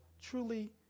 truly